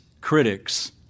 critics